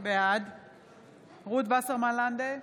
בעד רות וסרמן לנדה,